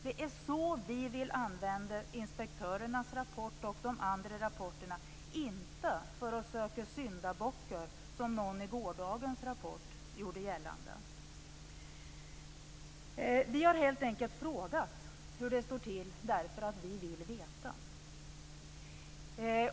Det är så vi vill använda inspektörernas rapport och de andra rapporterna, inte för att söka syndabockar som någon i gårdagens Rapport gjorde gällande. Vi har helt enkelt frågat hur det står till därför att vi vill veta.